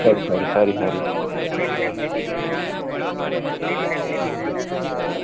खरी खरी खरी खरी